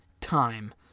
time